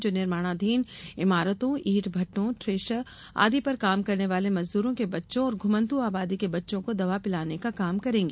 जो निर्माणाधीन इमारतों ईंट भट्टो थ्रेसर आदि पर काम करने वाले मजदूरों के बच्चों और घूमन्तु आबादी के बच्चों को दवा पिलाने का काम करेंगी